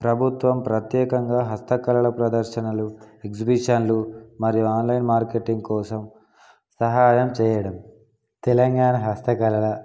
ప్రభుత్వం ప్రత్యేకంగా హస్తకళల ప్రదర్శనలు ఎగ్జిబిషన్లు మరియు ఆన్లైన్ మార్కెటింగ్ కోసం సహాయం చేయడం తెలంగాణ హస్తకళల